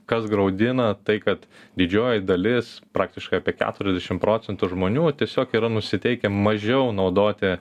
kas graudina tai kad didžioji dalis praktiškai apie keturiasdešim procentų žmonių tiesiog yra nusiteikę mažiau naudoti